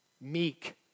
meek